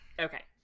Okay